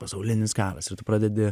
pasaulinis karas ir tu pradedi